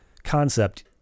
concept